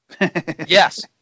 Yes